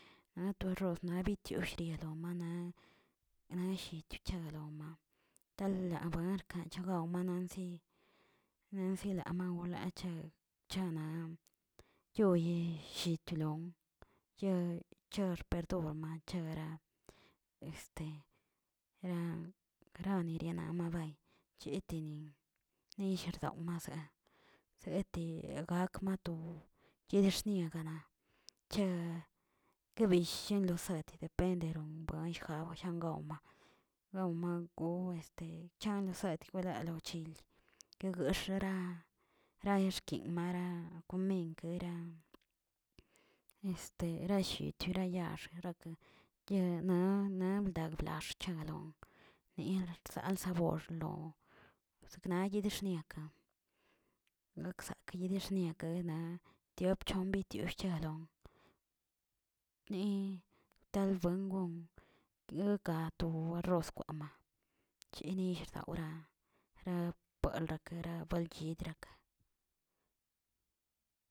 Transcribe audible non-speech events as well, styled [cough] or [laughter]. Naꞌ to arroz naꞌ bitiushdomana na shit chuelau' tala buerke chalon naꞌ nanziꞌ nanziꞌ lama gulacha chana yoye chitlon ye cher perdón mancharaꞌ este ra granari mabay chetenin, nillꞌ rdawma zete gakmado yedexnia kana, cha guebishen losed dependeron mijaw shaogomna, gaomango este chan losat yigula lochili kiguexe ora raexkin mara komin gueran, [hesitation] rashit yera yaax yaarake naꞌ nalbda blaxchelon ni rzal saborlo sekna yedexiniakaꞌ kaꞌsakꞌ yedexniaka na tiop chon bitiushchal, ni talbuen gon guikaꞌ kwel rroz kwaman, kieni rdaura ra´paldakara kyidrakə.